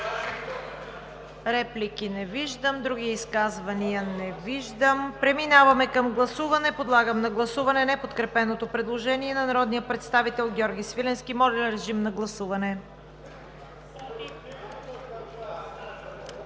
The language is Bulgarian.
Реплики? Не виждам. Други изказвания? Не виждам. Преминаваме към гласуване. Подлагам на гласуване неподкрепеното предложение на народния представител Георги Свиленски. Гласували